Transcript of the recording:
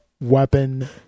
weapon